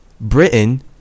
Britain